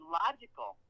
logical